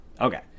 Okay